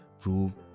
prove